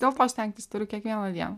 dėl to stengtis turiu kiekvieną dieną